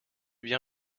bien